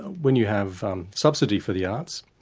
when you have subsidy for the arts,